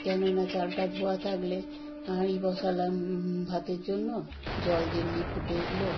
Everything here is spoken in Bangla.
কেননা চালটা ধোয়া থাকলে হাঁড়ি বসালাম ভাতের জন্য জল যেমনি ফুটে উঠল